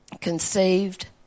conceived